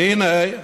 הינה,